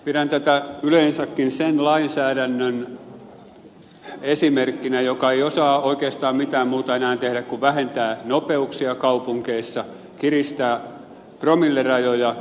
pidän tätä yleensäkin sen lainsäädännön esimerkkinä joka ei osaa oikeastaan mitään muuta enää tehdä kuin vähentää nopeuksia kaupungeissa kiristää promillerajoja